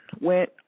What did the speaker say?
went